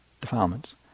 defilements